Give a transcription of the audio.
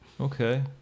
okay